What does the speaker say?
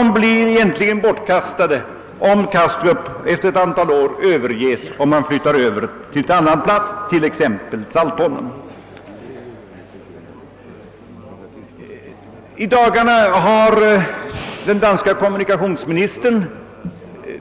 Dessa pengar betraktar man som bortkastade om Kastrup efter ett antal år överges och flygtrafiken flyttas över till en annan plats, t.ex. Saltholm. I dagarna har den danske kommunikationsministern